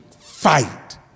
fight